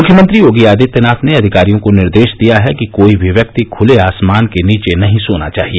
मुख्यमंत्री योगी आदित्यनाथ ने अधिकारियों को निर्देश दिया है कि कोई भी व्यक्ति खुले आसमान के नीचे नहीं सोना चाहिए